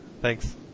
Thanks